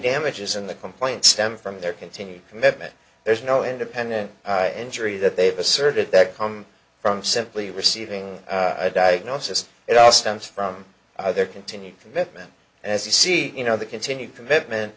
damages in the complaint stemmed from their continued commitment there's no independent injury that they've asserted that come from simply receiving a diagnosis it all stems from their continued commitment as you see you know the continued commitment